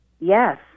Yes